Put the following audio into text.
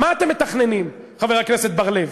מה אתם מתכננים, חבר הכנסת בר-לב?